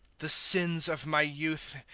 the sins of my youth,